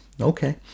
Okay